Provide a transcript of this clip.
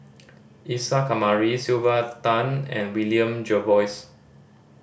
Isa Kamari Sylvia Tan and William Jervois